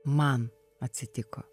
man atsitiko